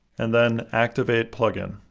and then activate plugin.